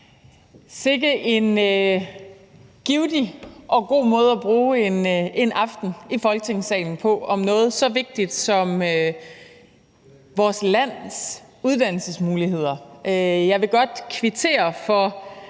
Sikke en givtig og god måde at bruge en aften i Folketingssalen på med noget så vigtigt som vores lands uddannelsesmuligheder. Jeg vil godt kvittere for